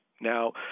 Now